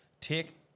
Take